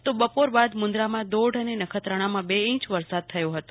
તો બપોર બાદ મુન્દ્રામાં દોઢ અને નખત્રાણામાં બે ઈંચ વરસાદ થયો હતો